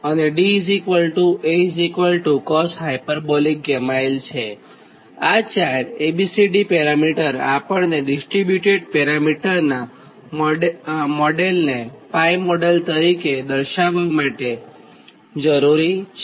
આ ચાર A B C D parameter આપણને ડીસ્ટ્રીબ્યુટેડ પેરામિટર મોડેલને મોડેલ તરીકે દર્શાવ્વા માટે જરૂરી છે